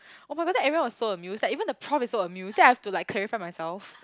[oh]-my-god then everyone was so amused like even the prof is so amused then I have to like clarify myself